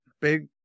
big